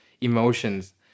emotions